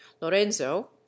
lorenzo